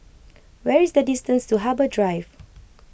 where is the distance to Harbour Drive